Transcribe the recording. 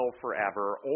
forever